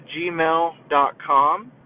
gmail.com